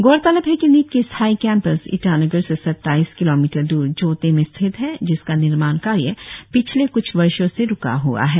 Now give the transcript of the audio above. गौरतलब है की नीट की स्थायी कैंपस ईटानगर से सत्ताइस किलोमीटर द्र जोटे में स्थित है जिसका निर्माण कार्य पिछले कुछ वर्षो से रुका हआ है